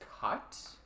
cut